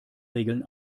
regeln